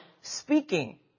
speaking